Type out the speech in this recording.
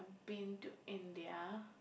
been to India